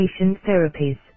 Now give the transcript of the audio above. therapies